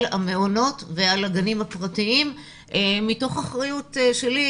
המעונות ועל הגנים הפרטיים מתוך אחריות שלי,